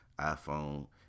iPhone